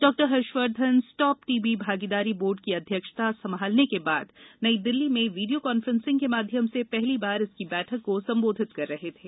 डॉ Harshvardhan stop TB भागीदारी board की अध्यक्षता संभालने के बाद नई दिल्ली में वीडियो कॉन्फ्रेंन्सिंग के माध्यम से पहली बार इसकी बैठक को संबोधित कर रहे थे